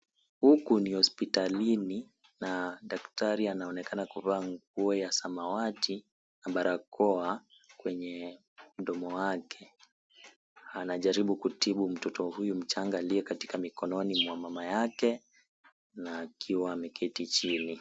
Huku ni hospitalini, na daktari anaonekana kuvaa nguo ya samawati na barakoa kwenye mdomo wake. Anajaribu kutibu mtoto huyu mchanga aliye katika mikononi mwa mama yake. Na akiwa ameketi chini.